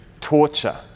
torture